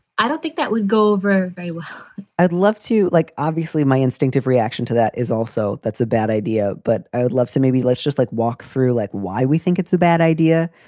i don't think that would go over very well i'd love to like obviously, my instinctive reaction to that is also that's a bad idea. but i would love to maybe let's just like walk through, like, why we think it's a bad idea.